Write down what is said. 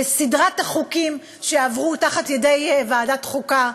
בסדרת החוקים שעברו תחת ידי ועדת חוקה,